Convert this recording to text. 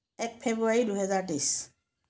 এক ফ্ৰেব্ৰুৱাৰী দুইহাজাৰ তেইছ